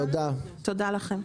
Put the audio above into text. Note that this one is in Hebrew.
תודה לכם.